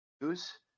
news